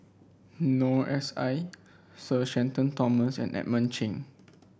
Noor S I Sir Shenton Thomas and Edmund Cheng